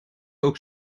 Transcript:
ook